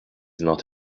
not